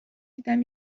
دیدم